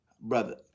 Brother